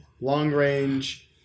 long-range